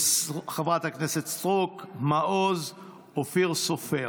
אורית סטרוק, אבי מעוז ואופיר סופר.